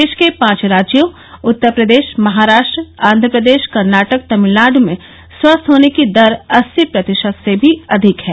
देश के पांच राज्यों उत्तरप्रदेश महाराष्ट्र आंध्रप्रदेश कर्नाटक तमिलनाडु में स्वस्थ होने की दर अस्सी प्रतिशत से भी अधिक हैं